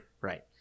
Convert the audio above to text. Right